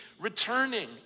returning